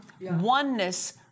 oneness